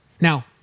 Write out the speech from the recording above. Now